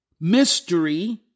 mystery